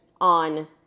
on